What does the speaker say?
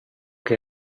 che